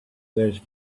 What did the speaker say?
those